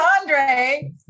Andre